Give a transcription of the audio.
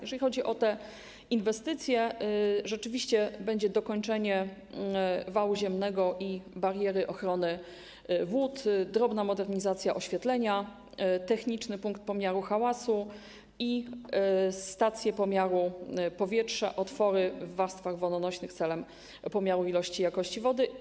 Jeżeli chodzi o te inwestycje, rzeczywiście będzie dokończenie wału ziemnego i bariery ochronnej wód, drobna modernizacja oświetlenia, techniczny punkt pomiaru hałasu i stacje pomiaru jakości powietrza, otwory w warstwach wodonośnych celem pomiaru ilości i jakości wody.